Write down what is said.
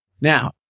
Now